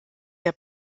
der